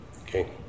Okay